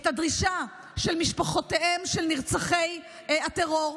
הדרישה של משפחותיהם של נרצחי הטרור,